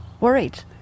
worried